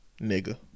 nigga